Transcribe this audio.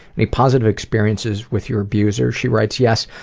any positive experiences with your abuser? she writes, yes.